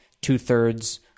two-thirds